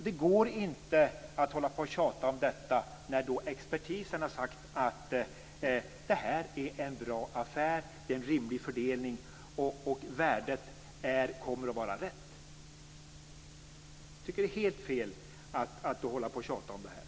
Det går inte att hålla på och tjata om detta när expertisen har sagt att detta är en bra affär, det är en rimlig fördelning och värdet kommer att vara rätt. Jag tycker att det är helt fel att då hålla på och tjata om detta.